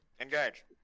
Engage